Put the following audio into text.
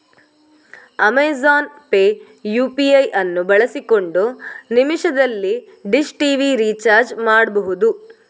Amazon pay UPI ಅನ್ನು ಬಳಸಿಕೊಂಡು ನಿಮಿಷದಲ್ಲಿ ಡಿಶ್ ಟಿವಿ ರಿಚಾರ್ಜ್ ಮಾಡ್ಬಹುದು